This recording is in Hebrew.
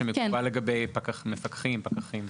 כשמדובר לגבי מפקחים ופקחים.